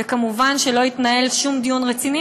ומובן שלא התנהל שום דיון רציני,